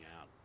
out